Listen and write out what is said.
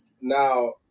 now